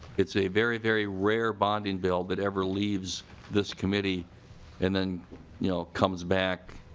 it's a very very rare bonding bill that ever leaves this committee and then you know comes back